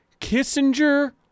Kissinger